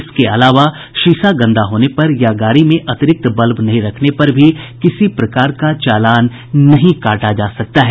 इसके अलावा शीशा गंदा होने पर या गाड़ी में अतिरिक्त बल्ब नहीं रखने पर भी किसी प्रकार का चालान नहीं काटा जा सकता है